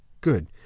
good